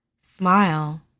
Smile